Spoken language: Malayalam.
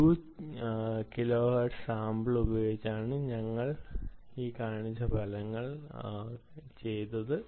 2 കിലോഹെർട്സ് സാമ്പിൾ ഉപയോഗിച്ചാണ് ഞങ്ങൾ നിങ്ങളെ കാണിച്ച ഫലങ്ങൾ ഉണ്ടാവുന്നത്